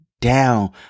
down